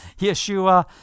Yeshua